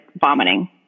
vomiting